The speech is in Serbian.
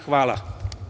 Hvala.